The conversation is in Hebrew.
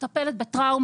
אני מטפלת בטראומה.